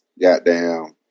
goddamn